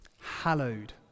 hallowed